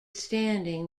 standing